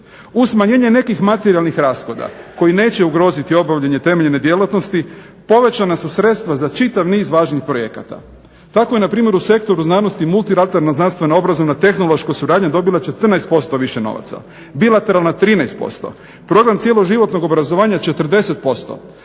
Uz smanjenje nekih materijalnih rashoda koji neće ugroziti obavljanje temeljne djelatnosti povećana su sredstva za čitav niz važnih projekata. Tako je npr. u sektoru znanosti … /Govornik se ne razumije./… znanstvena obrazovna tehnološka suradnja dobila 14% više novaca, bilateralna 13%, program cjeloživotnog obrazovanja 40%,